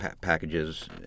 packages